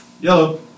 Yellow